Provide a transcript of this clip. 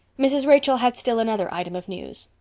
mrs. rachel had still another item of news.